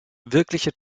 wirkliche